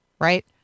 right